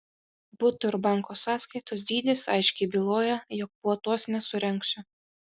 buto ir banko sąskaitos dydis aiškiai byloja jog puotos nesurengsiu